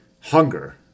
hunger